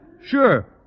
Sure